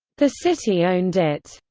the city owned it.